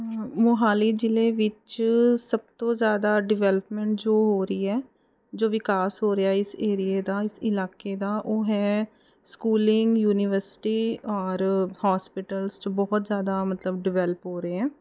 ਮੋਹਾਲੀ ਜ਼ਿਲ੍ਹੇ ਵਿੱਚ ਸਭ ਤੋਂ ਜ਼ਿਆਦਾ ਡਿਵੈਲਪਮੈਂਟ ਜੋ ਹੋ ਰਹੀ ਹੈ ਜੋ ਵਿਕਾਸ ਹੋ ਰਿਹਾ ਇਸ ਏਰੀਏ ਦਾ ਇਸ ਇਲਾਕੇ ਦਾ ਉਹ ਹੈ ਸਕੂਲਿੰਗ ਯੂਨੀਵਰਸਿਟੀ ਔਰ ਹੋਸਪੀਟਲਜ਼ ਬਹੁਤ ਜ਼ਿਆਦਾ ਮਤਲਬ ਡਿਵੈਲਪ ਹੋ ਰਹੇ ਹੈ